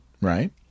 Right